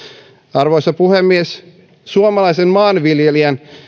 arvoisa puhemies suomalaisen maanviljelijän